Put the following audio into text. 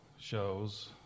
shows